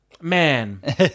man